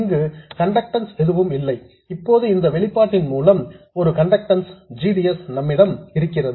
இங்கு கண்டக்டன்ஸ் எதுவும் இல்லை இப்போது இந்த வெளிப்பாட்டின் மூலம் ஒரு கண்டக்டன்ஸ் g d s நம்மிடம் இருக்கிறது